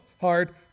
hard